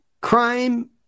crime